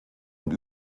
und